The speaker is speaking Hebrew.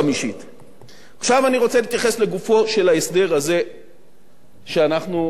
עכשיו אני רוצה להתייחס לגופו של ההסדר הזה שאנחנו מטפלים בו היום.